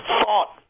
thought